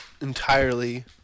entirely